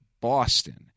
Boston